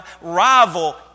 rival